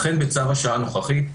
לכן בצו השעה הנוכחי,